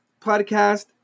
podcast